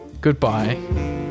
Goodbye